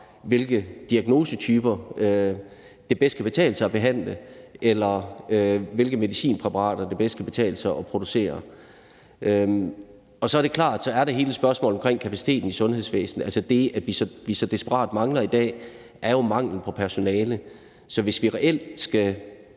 hvilke diagnosetyper det bedst kan betale sig at behandle, eller hvilke medicinpræparater det bedst kan betale sig at producere. Så er det klart, at der er hele spørgsmålet omkring kapaciteten i sundhedsvæsenet. Det, vi så desperat mangler i dag, er jo personale. Så hvis vi reelt skal